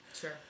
Sure